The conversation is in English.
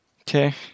Okay